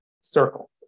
circle